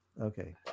Okay